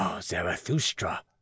Zarathustra